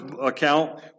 account